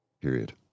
period